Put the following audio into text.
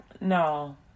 No